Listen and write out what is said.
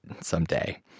someday